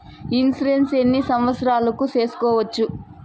Insurance ఎన్ని సంవత్సరాలకు సేసుకోవచ్చు?